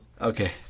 Okay